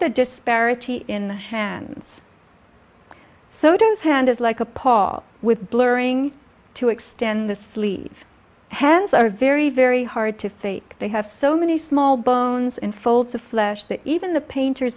the disparity in hands so does hand as like a pall with blurring to extend the sleeves hands are very very hard to fake they have so many small bones in folds of flesh that even the painters